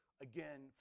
again